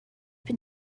been